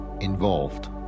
involved